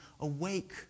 awake